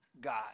God